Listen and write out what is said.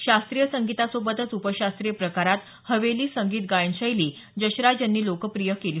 शास्त्रीय संगीतासोबतच उपशास्त्रीय प्रकारात हवेली संगीत गायन शैली जसराज यांनी लोकप्रिय केली